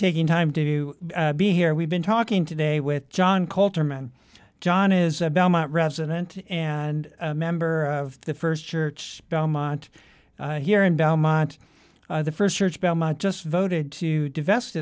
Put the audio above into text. taking time to be here we've been talking today with john colter man john is a belmont resident and a member of the first church belmont here in belmont the first church belmont just voted to divest